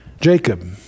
Jacob